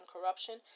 corruption